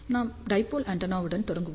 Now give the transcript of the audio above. நாம் டைபோல் ஆண்டெனாவுடன் தொடங்குவோம்